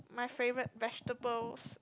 my favourite vegetables